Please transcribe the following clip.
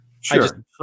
Sure